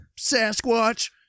sasquatch